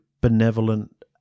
benevolent